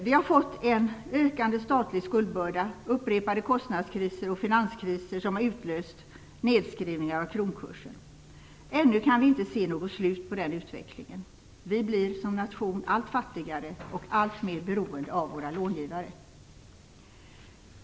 Vi har fått en ökande statlig skuldbörda, upprepade kostnadskriser och finanskriser som har utlöst nedskrivningar av kronkursen. Ännu kan vi inte se något slut på den utvecklingen. Vi blir som nation allt fattigare och alltmer beroende av våra långivare.